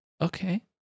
okay